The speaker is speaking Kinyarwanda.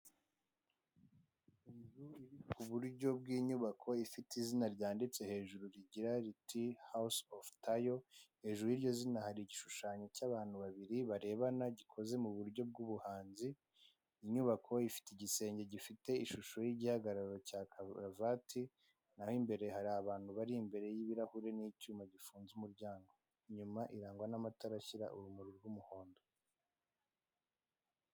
Ku buryo bw'inyubako ifite izina ryanditse hejuru house of tayo hejuru y'iryo zina hari ibishushanyo cy'abantu barebana gikoze mu buryo bw'ubuhanzi, inyubako ifite igisenge gifite ishusho y'igihagararo cya kaburavati, naho imbere hari abantu bari imbere y'ibirahuri n'icyuma gifunze umuryango, inyuma irangwa n'amatara ashyira urumuri rw'umuhondo.